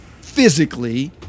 physically